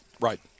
Right